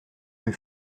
rue